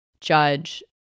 judge